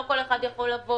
לא כל אחד יכול לבוא,